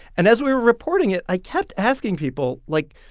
and as we were reporting it, i kept asking people, like,